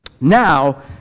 Now